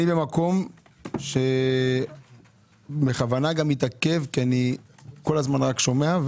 אני במקום שבכוונה גם מתעכב כי אני כל הזמן שומע,